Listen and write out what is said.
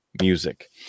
music